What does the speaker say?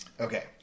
Okay